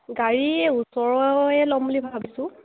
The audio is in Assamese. গাড়ী ওচৰৰে ল'ম বুলি ভাবিছোঁ